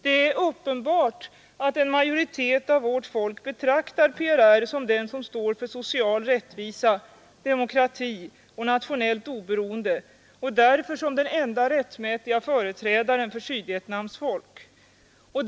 Det är uppenbart att en majoritet av vårt folk betraktar PRR som den som står för social rättvisa, demokrati och nationellt oberoende och därför som den enda rättmätiga företrädaren för Sydvietnams folk.